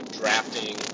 drafting